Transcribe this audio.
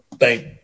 thank